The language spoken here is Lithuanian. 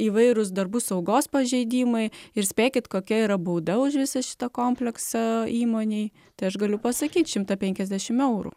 įvairūs darbų saugos pažeidimai ir spėkit kokia yra bauda už visą šitą kompleksą įmonei tai aš galiu pasakyt šimtą penkiasdešimt eurų